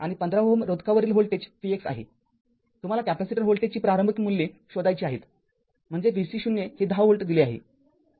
आणि १५Ω रोधकावरील व्होल्टेज Vx आहे तुम्हाला कॅपेसिटर व्होल्टेजची प्रारंभिक मूल्ये शोधायची आहेत म्हणजे v c 0हे १० व्होल्ट दिले आहे